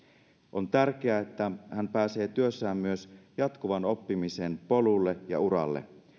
on tärkeää että hän pääsee työssään myös jatkuvan oppimisen polulle ja uralle